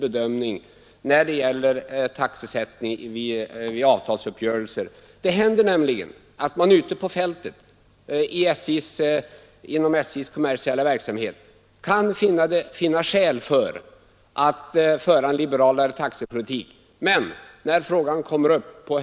Förutsättningarna för en flexibel taxesättning ligger i SJ:s möjligheter att medge företagsmässigt motiverade prisnedsättningar. Sådana lämnas också i betydande utsträckning i SJ:s fraktavtal med kunderna.